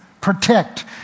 protect